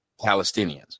palestinians